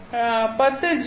s 10 G